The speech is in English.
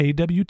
AWT